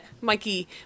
Mikey